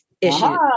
issues